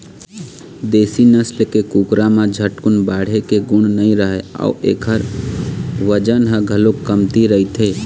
देशी नसल के कुकरा म झटकुन बाढ़े के गुन नइ रहय अउ एखर बजन ह घलोक कमती रहिथे